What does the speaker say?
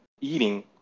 eating